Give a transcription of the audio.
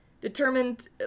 determined